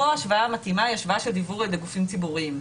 כאן ההשוואה המתאימה היא השוואה של דיוור על ידי גופים ציבוריים.